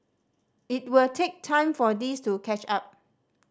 it will take time for this to catch up